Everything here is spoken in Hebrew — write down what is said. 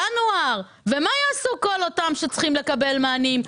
בינואר ומה יעשו כל אותם שצריכים לקבל מענים?